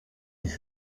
ich